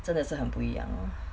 真的是很不一样 orh